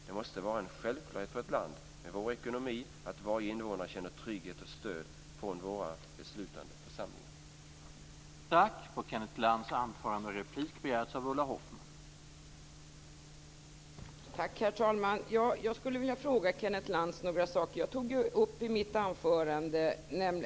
Det måste vara en självklarhet för ett land med vår ekonomi att varje invånare känner trygghet och stöd från våra beslutande församlingar.